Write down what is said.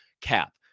cap